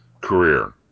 career